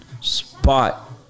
spot